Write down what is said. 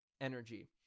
energy